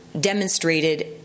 demonstrated